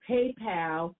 PayPal